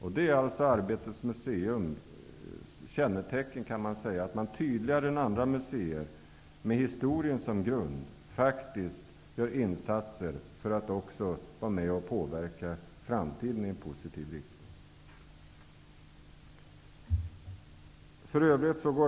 Det är alltså kännetecknet för Arbetets museum att man tydligare än andra museer, med historien som grund, faktiskt gör insatser för att även vara med och påverka framtiden i en positiv riktning.